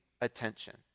attention